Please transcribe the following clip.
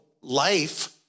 life